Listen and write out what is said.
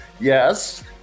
Yes